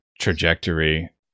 trajectory